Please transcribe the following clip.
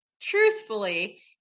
truthfully